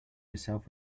yourself